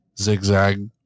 zigzag